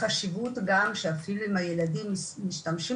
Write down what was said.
החשיבות גם שאפילו אם הילדים משתמשים